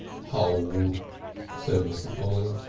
hole! said mr. polly,